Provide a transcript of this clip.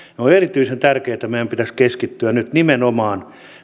on on erityisen tärkeää että meidän pitäisi keskittyä nyt nimenomaan